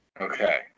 Okay